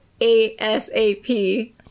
ASAP